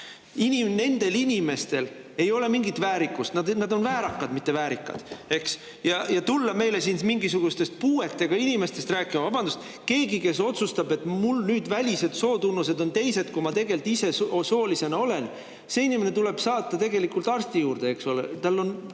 Nendel inimestel ei ole mingit väärikust, nad on väärakad, mitte väärikad, eks. Ja tulla meile siin mingisugustest puuetega inimestest rääkima! Vabandust! Keegi, kes otsustab, et mul nüüd välised sootunnused on teised, kui ma tegelikult ise soolisena olen, see inimene tuleb saata tegelikult arsti juurde. Tal on